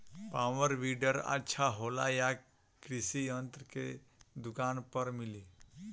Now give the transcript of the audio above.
Power weeder अच्छा होला यह कृषि यंत्र के दुकान पर मिली?